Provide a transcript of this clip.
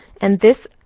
and this,